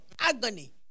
agony